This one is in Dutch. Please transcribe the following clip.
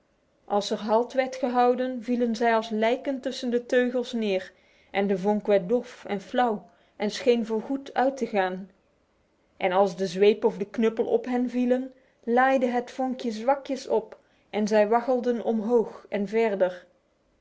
als er halt werd gehouden vielen zij als lijken tussen de teugels neer en de vonk werd dof en flauw en scheen voorgoed uit te gaan en als de zweep of de knuppel op hen vielen laaide het vonkje zwakjes op en zij waggelden omhoog en verder